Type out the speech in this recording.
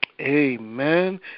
Amen